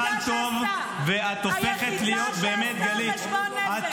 התחלת טוב, ואת הופכת להיות, באמת, גלית, את